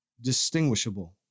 distinguishable